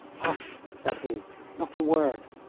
hush! said he not a word!